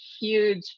huge